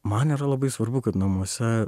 man yra labai svarbu kad namuose